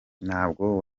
ntabwo